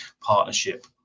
partnership